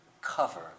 cover